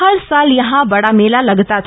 हर साल यहां बड़ा मेला लगता था